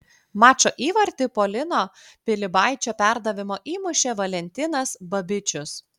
mačo įvartį po lino pilibaičio perdavimo įmušė valentinas babičius